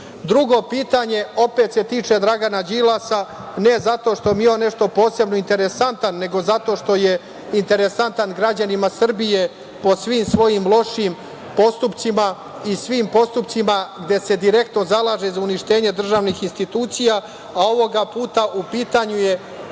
film. Drugo pitanje, opet se tiče Dragana Đilasa, ne zato što mi je on nešto posebno interesantan, nego zato što je interesantan građanima Srbije po svim svojim lošim postupcima i svim postupcima gde se direktno zalaže za uništenje državnih institucija, a ovog puta u pitanju je